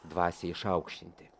dvasiai išaukštinti